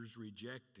rejected